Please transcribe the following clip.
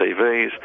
TVs